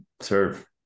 serve